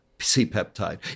C-peptide